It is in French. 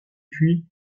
puis